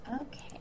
Okay